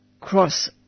cross